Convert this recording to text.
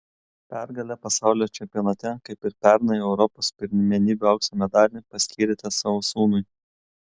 pergalę pasaulio čempionate kaip ir pernai europos pirmenybių aukso medalį paskyrėte savo sūnui